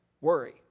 worry